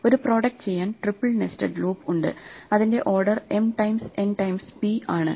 ഒരു പ്രോഡക്ട് ചെയ്യാൻ triple nested loop ഉണ്ട് അതിന്റെ order m times n times p ആണ്